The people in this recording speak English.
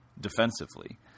defensively